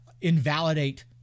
invalidate